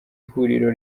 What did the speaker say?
ihuriro